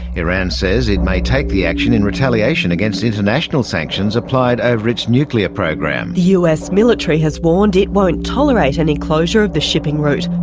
iran says it may take the action in retaliation against international sanctions applied ah over its nuclear program. the us military has warned it won't tolerate any closure of the shipping route.